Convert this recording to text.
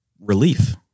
relief